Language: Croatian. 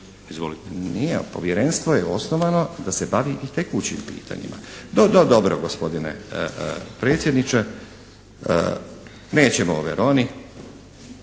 (SDP)** Nije, Povjerenstvo je osnovano da se bavi i tekućim pitanjima. No, dobro gospodine predsjedniče. Nećemo o Veroni.